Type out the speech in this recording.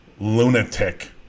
Lunatic